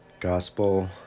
Gospel